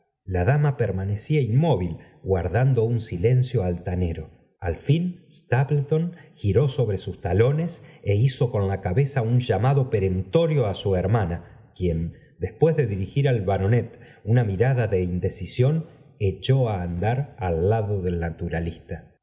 la dama íero affin stautí guardando un silencio altacon ía lk sta p i ton g ró sobre sus talones é hizo n la cabeza un llamado perentorio á su hermana quien después de dirigir al baronet una mirarahsta ri á andar al lad del naturqbsta